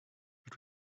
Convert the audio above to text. but